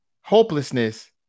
hopelessness